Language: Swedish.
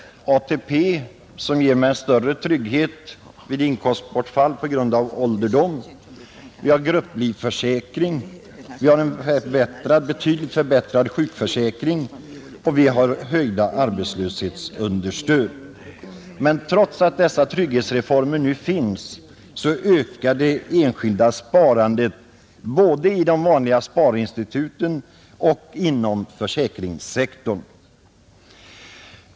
Vi har fått ATP, som ger en större trygghet vid inkomstbortfall på grund av ålderdom, vi har grupplivförsäkring, vi har fått en betydligt förbättrad sjukförsäkring och vi har fått höga arbetslöshetsunderstöd, Trots att dessa trygghetsreformer nu genomförts ökar det enskilda sparandet både i de vanliga sparinstituten och inom försäkringssektorn.